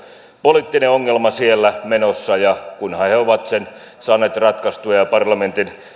poliittinen ongelma siellä menossa kunhan he ovat sen saaneet ratkaistua ja ja parlamentin